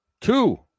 two